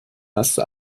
erste